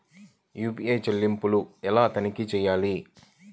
UPI చెల్లింపులు ఎలా తనిఖీ చేయాలి?